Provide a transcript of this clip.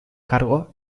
cargo